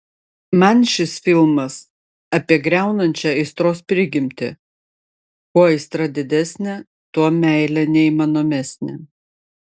man šis filmas apie griaunančią aistros prigimtį kuo aistra didesnė tuo meilė neįmanomesnė